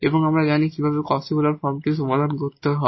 এবং তারপর আমরা জানি কিভাবে Cauchy Euler ফর্মটি সমাধান করতে হয়